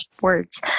words